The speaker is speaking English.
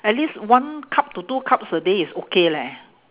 at least one cup to two cups a day is okay leh